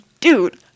Dude